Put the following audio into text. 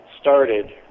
started